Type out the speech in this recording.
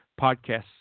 podcasts